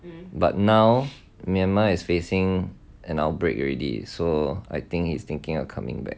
but now myanmar is facing an outbreak already so I think he's thinking of coming back